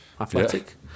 Athletic